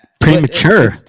Premature